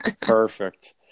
Perfect